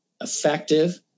effective